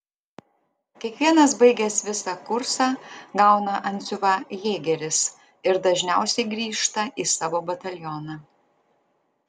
kiekvienas baigęs visą kursą gauna antsiuvą jėgeris ir dažniausiai grįžta į savo batalioną